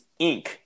Inc